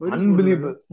Unbelievable